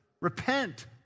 repent